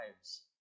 lives